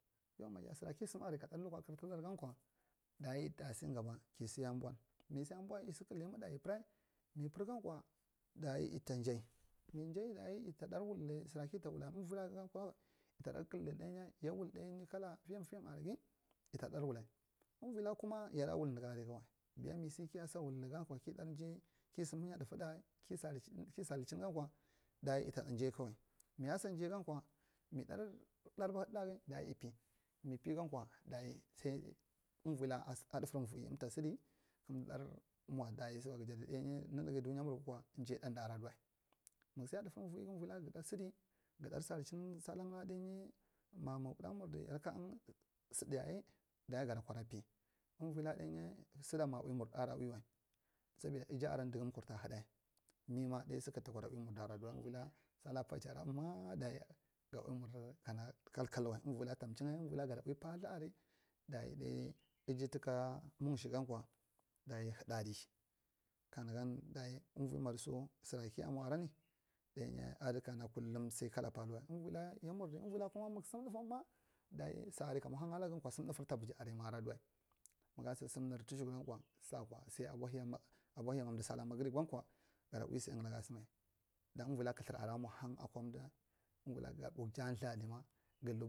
Yau maja sora ki sdm aria ka dar lukwa kârth arar gankwa daya ita sdng gaba ki si abwun mi si bwu yi si kdidi yimiɗai yi ɓur mi ɓurgankwa dayi ita jai mi jai dayi ita ɗar wuldi sera kita wula weira yita ɗar wulai uvila kuma yida wul niga aria gan wai ɓiya mis kiya sa wul nagan kwa ki ɗar ja kisi hinyi faifu ɗa ki sari chin gankwa daya ita jai kawe miyasa jai gan kwai mi ɗar ɗarba hɗɓɗ ɗagi dashi yip pi mi pigankwa dayi sai uvila a ɗaifu uvie umta sddi kamdi ɗar mura dayi gdjadu ɗainyi nunugi dunya mur gdkwa ja ɗanda ada diwai mungsi a daifur uvie uvila gdɗar sidi sarichin salanki ɗainyi mamwo gd ɗai murdi yaka ang sdɗa yayi dayi gada kwaɗa pi. Uvila ɗanyi sidan ma a ui ada ui wai saboda iji aran dugum kurta haɗai mima ɗai sir kakta kwaɗai ui murdi adadiwai urila sala paɗar aran maa dayi ga ui mardi kalkal wai uvila tamchi nga uvila gada ui patha aria dayi dae eji tuka munzy gankwa dayi haɗai adi ka nugan dayi uvi madiso sora kiya muva ardni danyi adi kana kullum sai kala pal wai urila ya murdi uvila kumu mung sdm ɗaiffan ma dayi sa aria ta muva hang takgankwa sam dafar tabai arima adi wai muga sa serh nur tishikuɗ gankwa sa wakwa sai aboliya mag aboliya mandu sala magrib gan kwa gada ui saen la ga sdm don uvila kalthar aria a mwa hang aka umdi, uvila gada ɓunjaa lthadima galak.